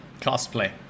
cosplay